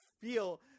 feel